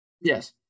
Yes